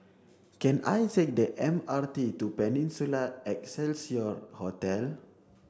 can I take the M R T to Peninsula Excelsior Hotel